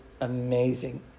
amazing